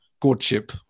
courtship